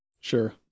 Sure